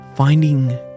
Finding